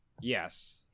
yes